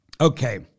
Okay